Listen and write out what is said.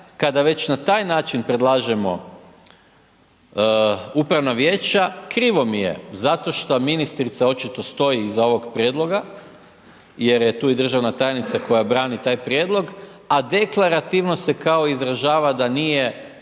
kada već na taj način predlažemo upravna vijeća, krivo mi je zato što ministrica očito stoji iza ovog prijedloga jer je tu i državna tajnica koja brani taj prijedlog, a deklarativno se kao izražava da nije